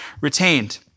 retained